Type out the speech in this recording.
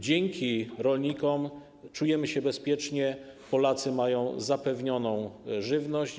Dzięki rolnikom czujemy się bezpiecznie, Polacy mają zapewnioną żywność.